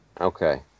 okay